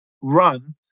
run